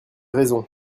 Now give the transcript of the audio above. raison